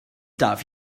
darf